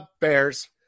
bears